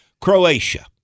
Croatia